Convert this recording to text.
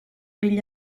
degli